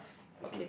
is good